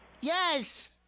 Yes